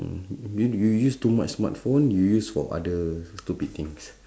you you use too much smartphone you use for other stupid things